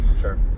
Sure